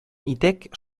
итәк